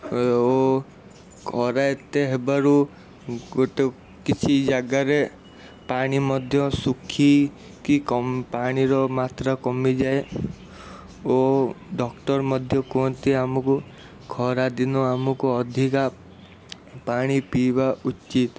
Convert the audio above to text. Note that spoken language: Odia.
ଏ ଓ ଖରା ଏତେ ହେବାରୁ ଗୋଟେ କିଛି ଜାଗାରେ ପାଣି ମଧ୍ୟ ଶୁଖିକି ପାଣିର ମାତ୍ରା କମିଯାଏ ଓ ଡକ୍ଟର ମଧ୍ୟ କୁହନ୍ତି ଆମକୁ ଖରାଦିନ ଆମକୁ ଅଧିକା ପାଣି ପିଇବା ଉଚିତ